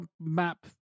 map